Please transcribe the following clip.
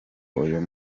uyu